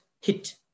hit